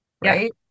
right